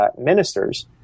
ministers